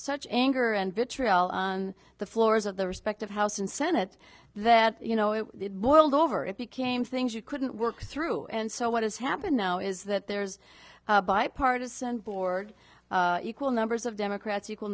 such anger and vitriol on the floors of the respective house and senate that you know it boiled over it became things you couldn't work through and so what has happened now is that there's a bipartisan board equal numbers of democrats equal